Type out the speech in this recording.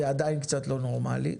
והיא עדיין קצת לא נורמלית,